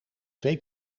twee